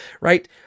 right